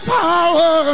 power